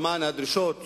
שמענו את הדרישות